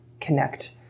connect